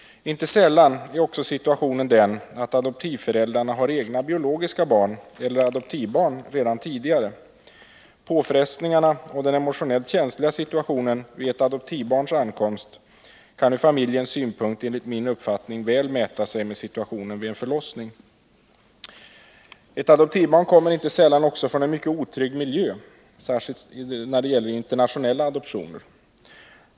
Inte sällan är också situationen den att adoptivföräldrarna har egna biologiska barn eller adoptivbarn redan tidigare. Påfrestningarna och den emotionellt känsliga situationen vid ett adoptivbarns ankomst kan ur familjens synpunkt enligt min uppfattning väl mäta sig med situationen vid en förlossning. Ett adoptivbarn kommer inte sällan också från en mycket otrygg miljö, särskilt när det gäller internationella adoptioner.